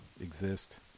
exist